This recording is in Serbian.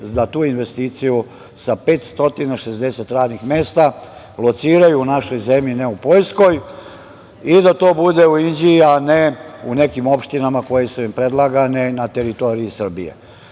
za tu investiciju sa 560 radnih mesta lociraju u našoj zemlji, ne u Poljskoj i da to bude u Inđiji a ne u nekim opštinama koje su im predlagane na teritoriji Srbije. Dakle,